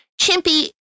Chimpy